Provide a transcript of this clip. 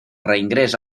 reingrés